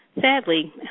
Sadly